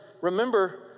remember